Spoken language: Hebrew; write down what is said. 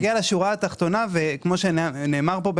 כמו שנאמר פה,